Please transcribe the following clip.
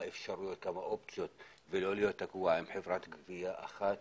אפשרויות לגבייה ולא להיות תקועות עם חברת גבייה אחת